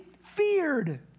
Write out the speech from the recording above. feared